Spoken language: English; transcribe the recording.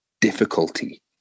difficulty